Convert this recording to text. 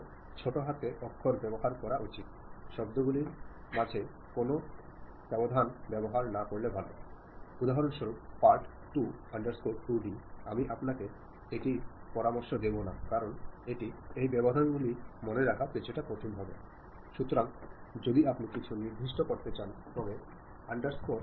നിങ്ങളുടെ സന്ദേശത്തോട് നിങ്ങൾ പ്രതികരിക്കുന്ന രീതിയിൽ തന്നെ റിസീവർ ഉം പ്രതികരിക്കണം എന്ന ധാരണ ഉള്ളവരാണ് നമ്മളിൽ ഭൂരിഭാഗവും സമാന പ്രതികരണം റിസീവറിന്റെ ഭാഗത്തുനിന്നുണ്ടാവാം എന്നാൽനിങ്ങളുടെ അറിവും റിസീവറിന്റെ പശ്ചാത്തല വിവരങ്ങളും അനുസരിച്ച് നിങ്ങൾ സന്ദേശം തിരഞ്ഞെടുത്ത രീതിയിലോ ആശയവിനിമയ പ്രക്രിയയിലോ ചില പ്രശ്നങ്ങൾ ഉണ്ടാകാം